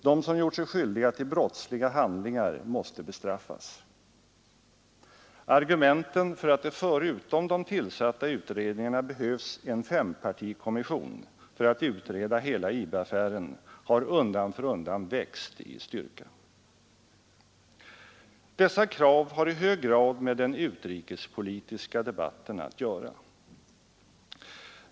De som gjort sig skyldiga till brottsliga handlingar måste bestraffas. Argumenten för att det förutom de tillsatta utredningarna behövs en fempartikommission för att utreda hela IB-affären har undan för undan växt i styrka. Dessa krav har i hög grad med den utrikespolitiska debatten att göra.